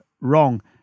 wrong